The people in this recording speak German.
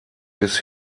bis